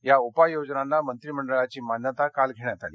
या उपाययोजनांना मंत्रिमंडळाची मान्यता काल घेण्यात आली